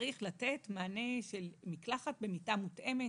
שצריך לתת מענה של מקלחת במילה מותאמת,